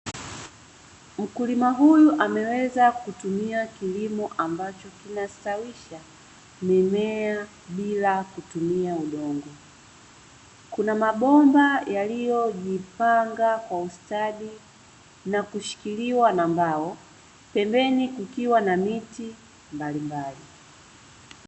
Mkulima huyu ameweza kutumia kilimo ambacho kinastawisha mimea bila kutumia udongo. Kuna mabomba yaliyojipanga kwa ustadi na kushikiliwa na mbao, pembeni kukiwa na miti mbalimbali.